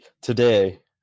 today